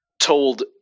told